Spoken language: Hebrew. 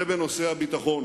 זה בנושא הביטחון.